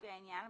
לפי העניין,